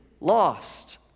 lost